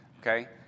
Okay